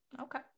okay